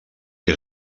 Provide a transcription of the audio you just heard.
que